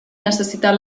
necessitat